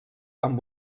amb